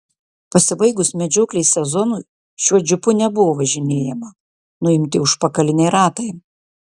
pasibaigus medžioklės sezonui šiuo džipu nebuvo važinėjama nuimti užpakaliniai ratai